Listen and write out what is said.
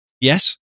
Yes